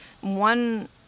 One